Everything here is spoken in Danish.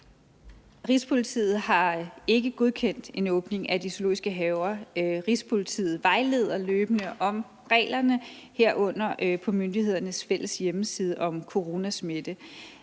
Rigspolitiet har ikke godkendt en åbning af de zoologiske haver. Rigspolitiet vejleder løbende om reglerne, herunder på myndighedernes fælles hjemmeside om coronasmitte.